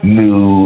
new